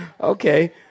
Okay